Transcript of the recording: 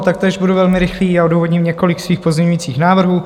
Taktéž budu velmi rychlý, odůvodním několik svých pozměňovacích návrhů.